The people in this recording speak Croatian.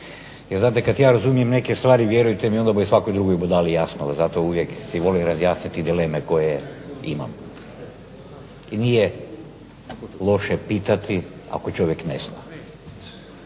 Jer znate kad ja razumijem neke stvari, vjerujte mi onda bu i svakoj budali jasno, zato uvijek si volim razjasniti dileme koje imam. I nije loše pitati, ako čovjek ne zna.